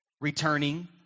returning